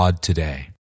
today